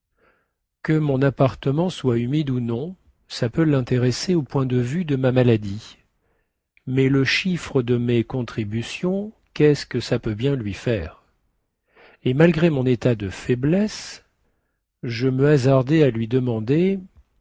que mon appartement soit humide ou non ça peut lintéresser au point de vue de ma maladie mais le chiffre de mes contributions quest ce que ça peut bien lui faire et malgré mon état de faiblesse je me hasardai à lui demander